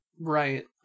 right